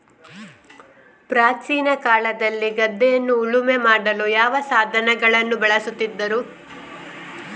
ಪ್ರಾಚೀನ ಕಾಲದಲ್ಲಿ ಗದ್ದೆಯನ್ನು ಉಳುಮೆ ಮಾಡಲು ಯಾವ ಸಾಧನಗಳನ್ನು ಬಳಸುತ್ತಿದ್ದರು?